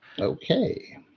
Okay